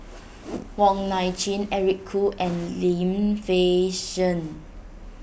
Wong Nai Chin Eric Khoo and Lim Fei Shen